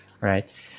right